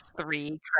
three